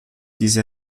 diese